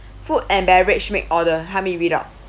food and beverage make order have it read out